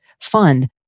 fund